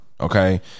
okay